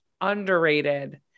underrated